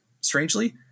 strangely